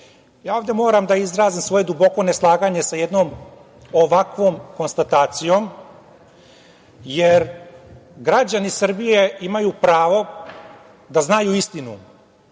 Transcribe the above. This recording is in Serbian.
ovde moram da izrazim duboko neslaganje sa jednom ovakvom konstatacijom, jer građani Srbije imaju pravo da znaju istinu,